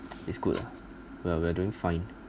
is good lah we're we're doing fine